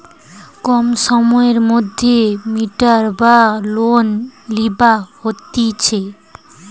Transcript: কম সময়ের মধ্যে মিটাবার যে লোন লিবা হতিছে